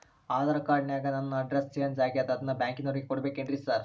Aadhaar card ನ್ಯಾಗ ನನ್ address change ಆಗ್ಯಾದ ಅದನ್ನ ಬ್ಯಾಂಕಿನೊರಿಗೆ ಕೊಡ್ಬೇಕೇನ್ರಿ ಸಾರ್?